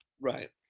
Right